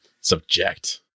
Subject